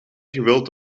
gewild